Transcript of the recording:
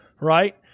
Right